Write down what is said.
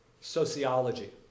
sociology